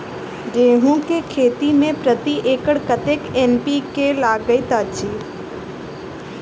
गेंहूँ केँ खेती मे प्रति एकड़ कतेक एन.पी.के लागैत अछि?